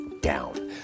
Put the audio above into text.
down